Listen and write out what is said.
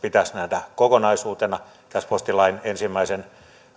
pitäisi nähdä kokonaisuutena tässä postilain ensimmäisen